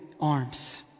arms